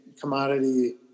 commodity